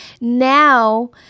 now